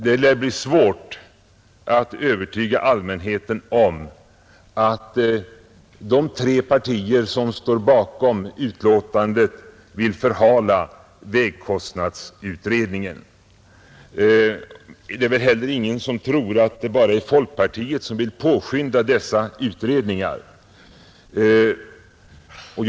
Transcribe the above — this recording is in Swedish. Det lär bli svårt att övertyga allmänheten om att de tre partier som står bakom betänkandet vill förhala vägkostnadsutredningen. Det är väl heller ingen som tror att det bara är folkpartiet som vill påskynda utredningarna.